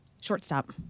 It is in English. shortstop